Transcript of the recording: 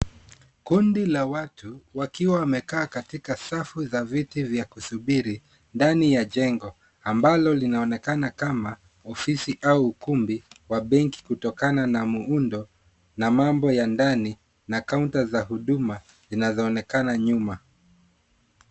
Kundi la watu wakiwa wamekaa katika safu la viti vya kusubiri, ndani ya jengo ambalo linaonekana kama ofisi au ukumbi wa benki, kutokana na muundo na mambo ya ndani, na kaunta za huduma zinazoonekana nyuma.